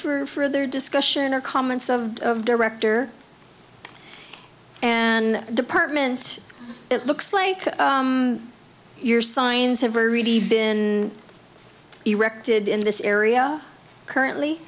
for further discussion or comments of director and department it looks like your signs have already been erected in this area currently